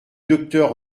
docteur